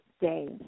day